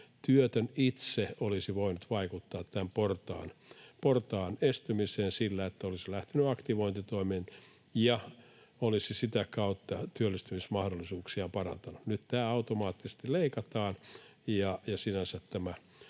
työtön itse olisi voinut vaikuttaa tämän portaan estymiseen sillä, että olisi lähtenyt aktivointitoimiin ja olisi sitä kautta työllistymismahdollisuuksiaan parantanut. Nyt tämä automaattisesti leikataan, ja sinänsä tämä